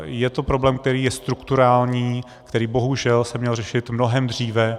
Je to problém, který je strukturální, který se bohužel měl řešit mnohem dříve.